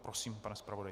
Prosím, pane zpravodaji.